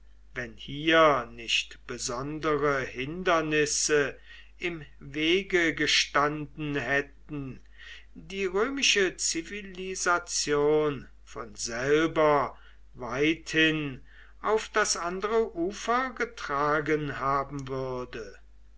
wenn hier nicht besondere hindernisse im wege gestanden hätten die römische zivilisation von selber weithin auf das andere ufer getragen haben würde